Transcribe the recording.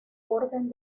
orden